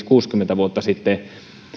kuusikymmentä vuotta sitten